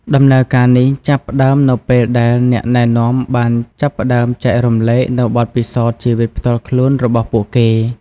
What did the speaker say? ដំណើរការនេះចាប់ផ្តើមនៅពេលដែលអ្នកណែនាំបានចាប់ផ្តើមចែករំលែកនូវបទពិសោធន៍ជីវិតផ្ទាល់ខ្លួនរបស់ពួកគេ។